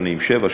שבע שנים,